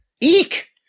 Eek